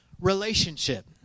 relationship